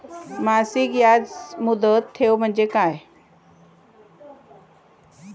मासिक याज मुदत ठेव म्हणजे काय?